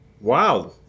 wow